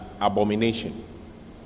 abomination